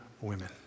women